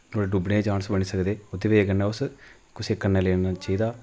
नुआढ़े डुब्बने चांस बनी सकदे ओह्दी वजह् कन्नै उस कुसै ई कन्नै लेना चाहिदा